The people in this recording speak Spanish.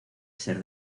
ser